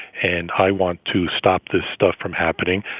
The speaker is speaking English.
and i want to stop this stuff from happening.